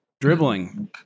dribbling